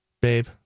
babe